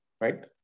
right